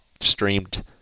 streamed